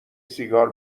سیگار